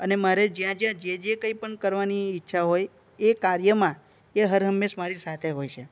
અને મારે જ્યાં જ્યાં જે જે કંઈ પણ કરવાની ઈચ્છા હોય એ કાર્યમાં એ હરહંમેશ મારી સાથે હોય છે